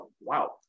wow